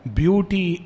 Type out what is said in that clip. beauty